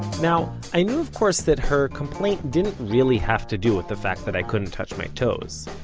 now, i knew of course that her complaint didn't really have to do with the fact that i couldn't touch my toes,